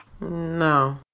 No